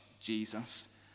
Jesus